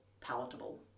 palatable